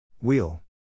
wheel